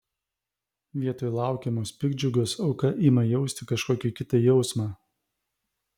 vietoj laukiamos piktdžiugos auka ima jausti kažkokį kitą jausmą